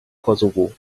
kosovo